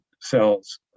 cells